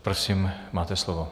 Prosím, máte slovo.